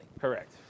Correct